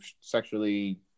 sexually